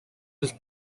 was